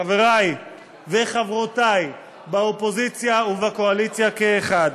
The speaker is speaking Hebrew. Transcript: חברי וחברותי באופוזיציה ובקואליציה כאחד,